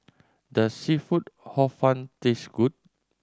does seafood Hor Fun taste good